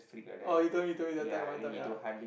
oh you told me you told me that time one time ya